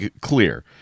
clear